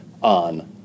on